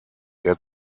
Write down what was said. der